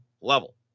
level